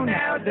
now